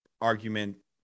argument